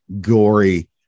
gory